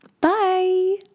Bye